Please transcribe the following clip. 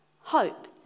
Hope